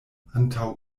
antaŭ